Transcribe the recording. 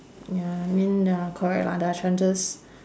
ya I mean ya correct lah their chances